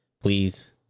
please